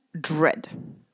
dread